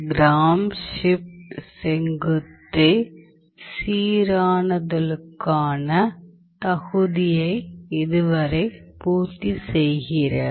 gram Schmidt செங்குத்து சீரானுதலுக்கான தகுதியை இதுவரை பூர்த்தி செய்கிறது